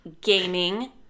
Gaming